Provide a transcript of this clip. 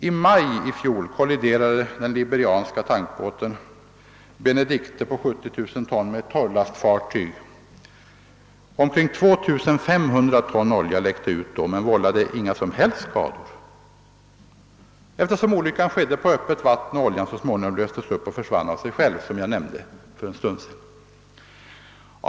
I maj i fjol kolliderade den liberianska tankbåten Benedichte på 70 000 ton med ett torrlastfartyg. Omkring 2500 ton olja läckte ut men vållade inga som helst skador, eftersom olyckan skedde på öppet vatten och oljan löstes upp och försvann av sig själv som jag nämnde för en stund sedan.